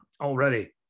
already